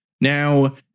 Now